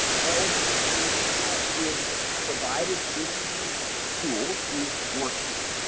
all of the information that is provided in these tools, these worksheets,